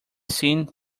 scene